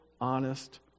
honest